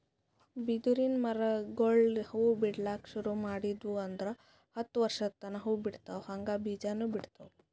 ಬಿದಿರಿನ್ ಮರಗೊಳ್ ಹೂವಾ ಬಿಡ್ಲಕ್ ಶುರು ಮಾಡುದ್ವು ಅಂದ್ರ ಹತ್ತ್ ವರ್ಶದ್ ತನಾ ಹೂವಾ ಬಿಡ್ತಾವ್ ಹಂಗೆ ಬೀಜಾನೂ ಬಿಡ್ತಾವ್